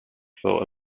for